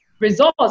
results